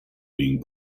being